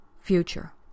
future